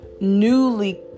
newly